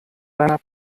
seiner